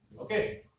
okay